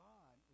God